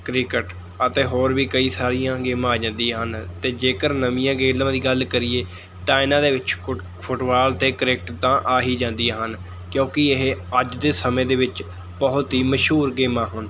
cricket ਅਤੇ ਹੋਰ ਵੀ ਕਈ ਸਾਰੀਆਂ ਗੇਮਾਂ ਆ ਜਾਂਦੀਆਂ ਹਨ ਅਤੇ ਜੇਕਰ ਨਵੀਆਂ ਗੇਮਾਂ ਦੀ ਗੱਲ ਕਰੀਏ ਤਾਂ ਇਹਨਾਂ ਦੇ ਵਿੱਚ ਕੁ ਫੁੱਟਬਾਲ ਅਤੇ ਕ੍ਰਿਕਟ ਤਾਂ ਆ ਹੀ ਜਾਂਦੀਆਂ ਹਨ ਕਿਉਂਕਿ ਇਹ ਅੱਜ ਦੇ ਸਮੇਂ ਦੇ ਵਿੱਚ ਬਹੁਤ ਹੀ ਮਸ਼ਹੂਰ ਗੇਮਾਂ ਹਨ